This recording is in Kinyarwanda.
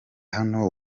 hano